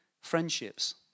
Friendships